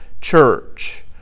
church